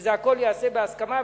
היא שהכול ייעשה בהסכמה.